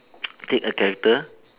take a character